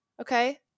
okay